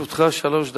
לרשותך שלוש דקות.